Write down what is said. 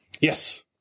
Yes